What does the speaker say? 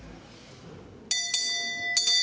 Tak